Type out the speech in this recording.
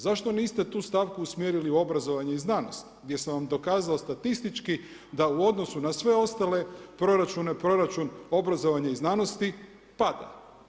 Zašto niste tu stavku usmjerili u obrazovanje i znanost, gdje sam vam dokazao statistički da u odnosu na sve ostale proračune, proračun obrazovanje i znanosti pada.